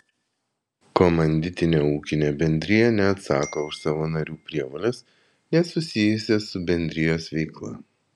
komanditinė ūkinė bendrija neatsako už savo narių prievoles nesusijusias su bendrijos veikla